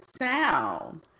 sound